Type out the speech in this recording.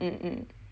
mm mm